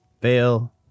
Fail